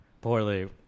poorly